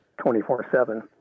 24-7